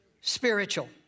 Spiritual